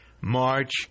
March